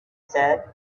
said